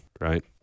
right